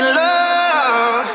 love